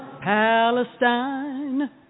Palestine